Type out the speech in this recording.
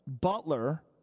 Butler